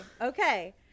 Okay